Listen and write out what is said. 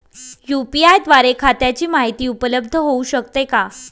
UPI द्वारे खात्याची माहिती उपलब्ध होऊ शकते का?